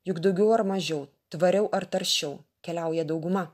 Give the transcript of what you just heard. juk daugiau ar mažiau tvariau ar taršiau keliauja dauguma